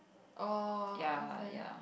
oh ok